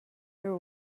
her